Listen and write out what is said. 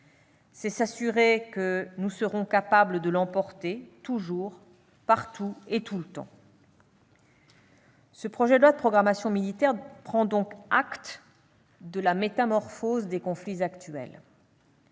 C'est s'assurer que nous serons capables de l'emporter, toujours, partout et tout le temps. Ce projet de loi de programmation militaire prend donc acte de la métamorphose des conflits actuels.